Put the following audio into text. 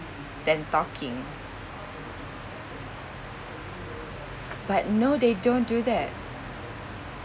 than talking but no they don't do that